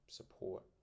support